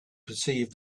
perceived